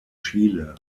chile